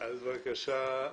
בבקשה.